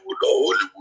Hollywood